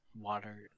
Water